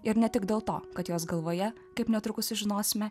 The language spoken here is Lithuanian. ir ne tik dėl to kad jos galvoje kaip netrukus sužinosime